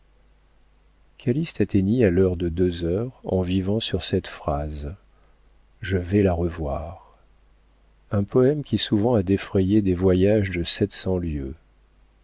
calyste atteignit à l'heure de deux heures en vivant sur cette phrase je vais la revoir un poëme qui souvent a défrayé des voyages de